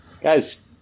Guys